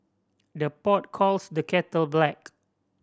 the pot calls the kettle black